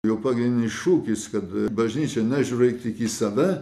jo pagrindinis šūkis kad bažnyčia nežiūrėk tik į save